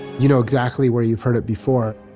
you know exactly where you've heard it before,